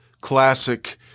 classic